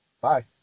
Bye